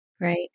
right